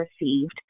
received